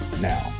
now